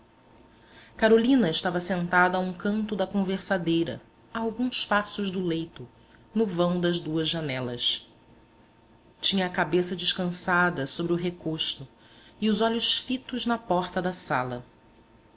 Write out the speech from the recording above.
carolina estava sentada a um canto da conversadeira a alguns passos do leito no vão das duas janelas tinha a cabeça descansada sobre o recosto e os olhos fitos na porta da sala